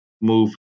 move